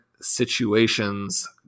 situations